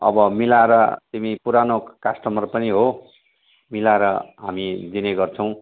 अब मिलाएर तिमी पुरानो कस्टमर पनि हो मिलाएर हामी दिनेगर्छौँ